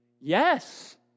yes